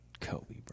kobe